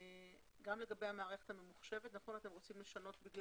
גם לגבי המערכת הממוחשבת, אתם רוצים לשנות.